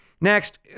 Next